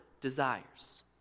desires